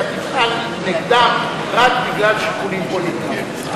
תטען נגדם רק בגלל שיקולים פוליטיים.